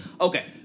Okay